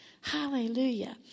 Hallelujah